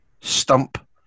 Stump